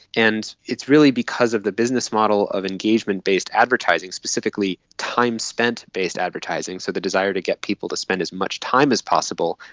and it's really because of the business model of engagement-based advertising, specifically time spent based advertising, so the desire to get people to spend as much time as possible,